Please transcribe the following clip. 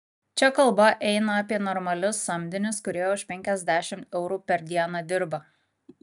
čia kalba eina apie normalius samdinius kurie už penkiasdešimt eurų per dieną dirba